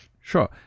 Sure